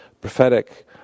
prophetic